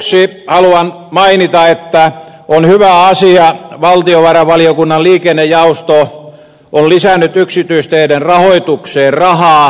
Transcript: lopuksi haluan mainita että on hyvä asia että valtiovarainvaliokunnan liikennejaosto on lisännyt yksityisteiden rahoitukseen rahaa